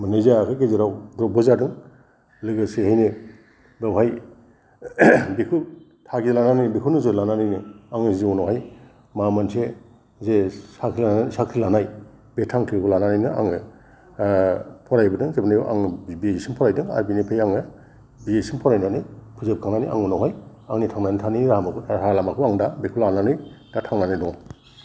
मोननाय जायाखै गेजेराव द्रबबो जादों लोगोसेहैनो बेवहाय बेखौ टारगेट लानानै बेखौ नोजोर लानानैनो आंनि जिबनावहाय माबा मोनसे जे साख्रि लानाय बे थांखिखौ लनानैनो आङो फरायबोदों जोबनायाव आं बि ए सिम फरायदों आरो बिनिफ्राय आङो बि ए सिम फरायनानै फोजोबखांनानै आं उनावहाय आंनि थांनानै थानाय राहाफोरखौ राहा लामाखौ आं दा बेखौ लानानै दा थांनानै दं